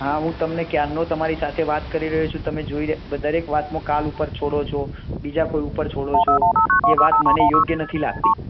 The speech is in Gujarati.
હા હું તમને ક્યારનો તમારી સાથે વાત કરી રહ્યો છું તમે જોઈ રહ્યાં બધા દરેક વાતમાં કાલ ઉપર છોડો છો બીજા કોઈ ઉપર છોડો છો એ વાત મને યોગ્ય નથી લાગતી